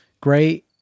great